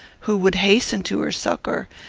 who would hasten to her succour,